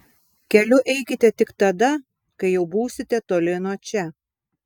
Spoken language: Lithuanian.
keliu eikite tik tada kai jau būsite toli nuo čia